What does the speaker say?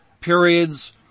periods